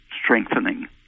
strengthening